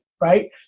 right